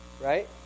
right